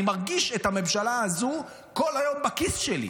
אני מרגיש את הממשלה הזו כל היום בכיס שלי.